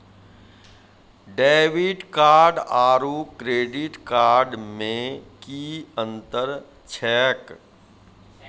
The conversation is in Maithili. डेबिट कार्ड आरू क्रेडिट कार्ड मे कि अन्तर छैक?